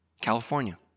California